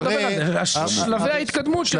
שלבי ההתקדמות.